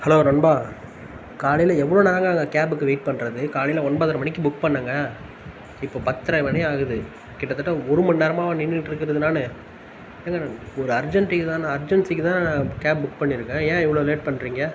hello நண்பா காலையில் எவ்வளோ நேரங்க நான் கேபுக்கு வெயிட் பண்ணுறது காலையில் ஒன்பதரை மணிக்கு புக் பண்ணிணேங்க இப்போ பத்தரை மணி ஆகுது கிட்டத்தட்ட ஒரு மணி நேரமாகுது நின்றுட்டு இருக்கிறது நான் ஏங்க ஒரு அர்ஜென்டுக்கு தான் நான் அர்ஜென்ஸிக்குதான் நான் கேப் புக் பண்ணியிருக்கேன் ஏன் இவ்வளோ லேட் பண்ணுறீங்க